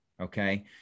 Okay